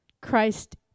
Christ